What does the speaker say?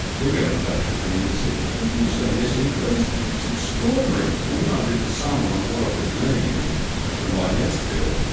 he got in touch with me, and he said, have you seen this increase? it's extraordinary! and then i did the sums on what it would mean for my next bill,